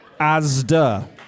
Asda